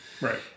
Right